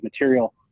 material